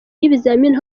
y’ibizamini